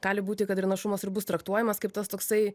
gali būti kad ir našumas ir bus traktuojamas kaip tas toksai